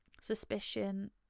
suspicion